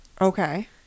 okay